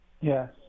Yes